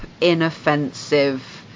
inoffensive